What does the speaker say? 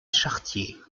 chartier